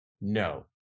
No